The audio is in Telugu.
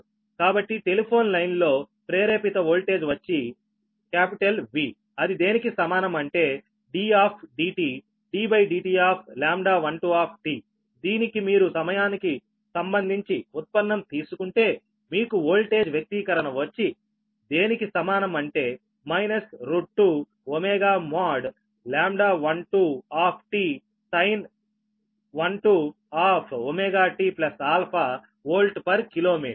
కాబట్టి టెలిఫోన్ లైన్లో ప్రేరేపిత వోల్టేజ్ వచ్చి V అది దేనికి సమానం అంటే d of dT d dt of λ12 దీనికి మీరు సమయానికి సంబంధించి ఉత్పన్నం తీసుకుంటే మీకు ఓల్టేజ్ వ్యక్తీకరణ వచ్చి దేనికి సమానం అంటే minus 2 ω mod λ12 sin 12 ωtα volt per kilometre